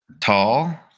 tall